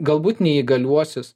galbūt neįgaliuosius